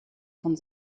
von